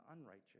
unrighteous